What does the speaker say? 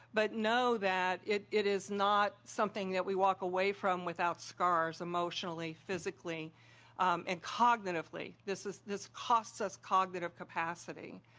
but know that it it is not something that we walk away from without scars emotionally, physically and cognitively, this this costs us cognitive capacity.